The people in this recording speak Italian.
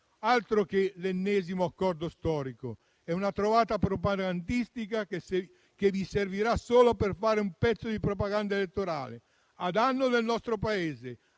Altro che l'ennesimo accordo storico! È una trovata propagandistica che vi servirà solo per fare un pezzo di propaganda elettorale, a danno del nostro Paese,